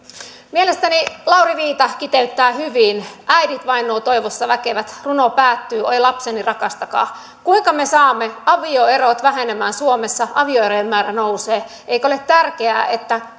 mielestäni lauri viita kiteyttää hyvin kun äidit vain nuo toivossa väkevät runo päättyy oi lapseni rakastakaa kuinka me saamme avioerot vähenemään suomessa avioerojen määrä nousee eikö ole tärkeää että